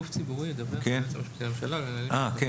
--- היא